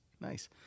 nice